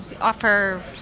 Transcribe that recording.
offer